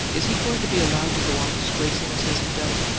is he going to be allowed to go on disgracing us as he does?